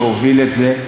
שהוביל את זה,